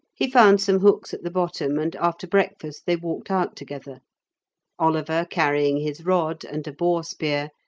he found some hooks at the bottom, and after breakfast they walked out together oliver carrying his rod, and a boar-spear,